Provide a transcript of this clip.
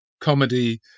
comedy